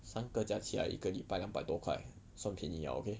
三个加起来一个礼拜两百多块算便宜了 okay